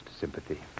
sympathy